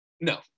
no